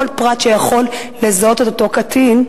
כל פרט שיכול לזהות את אותו קטין,